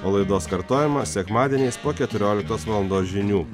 o laidos kartojimą sekmadieniais po keturioliktos valandos žinių